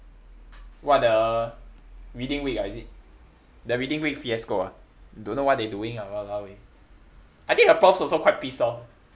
what the reading week ah is it the reading week fiasco ah don't know what they doing ah !walao! eh I think the profs also quite pissed off